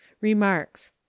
Remarks